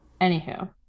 Anywho